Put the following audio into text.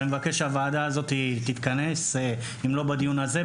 אני מבקש שהוועדה הזאת תתכנס אם לא בדיון הזה,